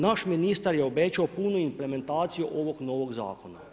Naš ministar je obećao punu implementaciju ovog novog zakona.